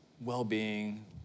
well-being